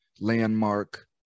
landmark